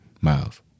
Miles